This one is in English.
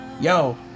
Yo